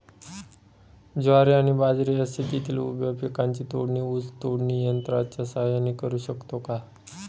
ज्वारी आणि बाजरी या शेतातील उभ्या पिकांची तोडणी ऊस तोडणी यंत्राच्या सहाय्याने करु शकतो का?